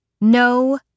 No